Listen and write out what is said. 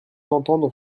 entendre